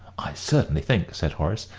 i certainly think, said horace,